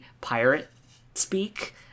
pirate-speak